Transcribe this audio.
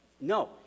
No